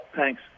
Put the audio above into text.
thanks